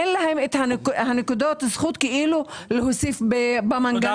אין להן את נקודות הזכות להוסיף במנגנון,